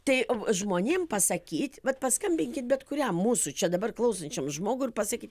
tai žmonėm pasakyt vat paskambinkit bet kuriam mūsų čia dabar klausančiam žmogui ir pasakyt